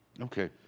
Okay